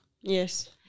Yes